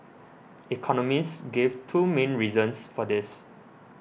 economists gave two main reasons for this